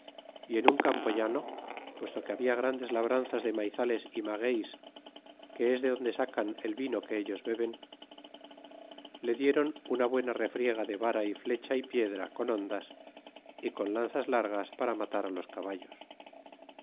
y en un campo llano puesto que habla grandes labranzas de maizales y magueis que es de donde sacan el vino que ellos beben le dieron una buena refriega de vara y flecha y piedra con hondas y con lanzas largas para matar los caballos